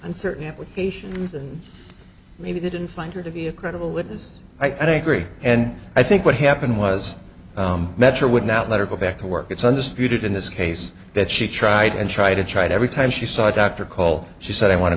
and certain applications maybe didn't find her to be a credible witness i don't agree and i think what happened was metro would not let her go back to work it's understood in this case that she tried and tried and tried every time she saw a doctor call she said i want to